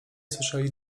słyszeli